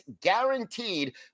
guaranteed